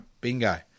Bingo